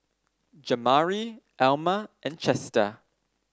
Jamari Elma and Chester